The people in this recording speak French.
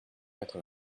quatre